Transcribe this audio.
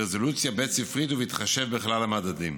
ברזולוציה בית ספרית ובהתחשב בכלל המדדים.